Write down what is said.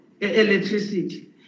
electricity